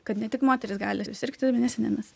kad ne tik moterys gali susirgti mėnesinėmis